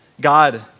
God